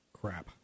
crap